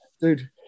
Dude